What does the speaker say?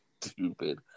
Stupid